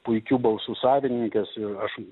puikių balsų savininkės ir aš